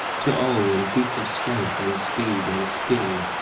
to all in feats of strength and speed and skill,